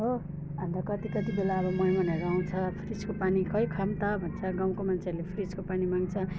हो अन्त कति कति बेला मेहमानहरू आउँछ फ्रिजको पानी खै खाउँ त भन्छ गाउँको मान्छेहरूले फ्रिजको पानी माग्छ